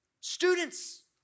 Students